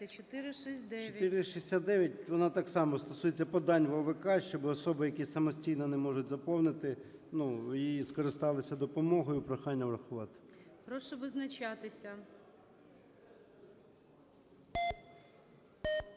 469, вона так само стосується подань в ОВК, щоби особи, які самостійно не можуть заповнити і скористалися допомогою. Прохання врахувати. ГОЛОВУЮЧИЙ. Прошу визначатися.